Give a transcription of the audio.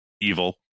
evil